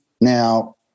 now